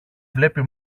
βλέπει